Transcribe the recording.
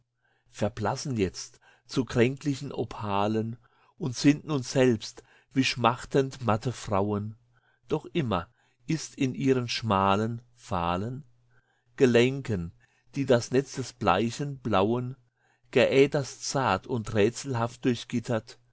verblassen jetzt zu kränklichen opalen und sind nun selbst wie schmachtend matte frauen doch immer ist in ihren schmalen fahlen gelenken die das netz des bleichen blauen geäders zart und rätselhaft durchgittert